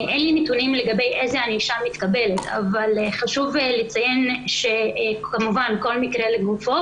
אין לי נתונים לגבי איזו ענישה מתקבלת אבל חשוב לציין שכל מקרה לגופו,